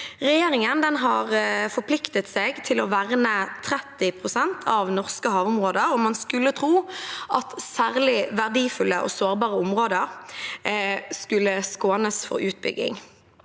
Regjeringen har forpliktet seg til å verne 30 pst. av norske havområder, og man skulle tro at særlig verdifulle og sårbare områder skulle skånes for utbygging.